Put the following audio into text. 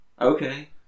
Okay